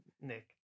Nick